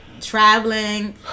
traveling